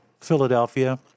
Philadelphia